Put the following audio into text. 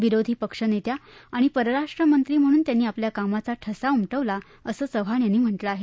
विरोधी पक्षनेत्या आणि परराष्ट्रमंत्री म्हणून त्यांनी आपल्या कामाचा ठसा उमटवला असं चव्हाण यांनी म्हटलं आहे